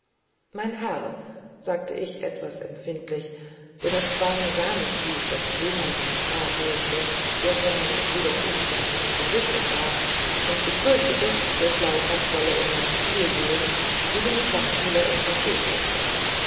mein herr sagte ich etwas empfindlich denn es war mir gar nicht lieb daß jemand in prag lebte der von meines bruders umständen unterrichtet war und ich fürchtete der schlaukopf wolle in mein spiel sehen wie dem schachspieler im